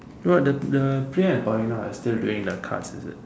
what the the Priya and Praveena are still doing the cards is it